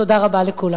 תודה רבה לכולם.